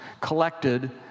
collected